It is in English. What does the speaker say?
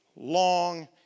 long